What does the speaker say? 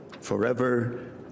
forever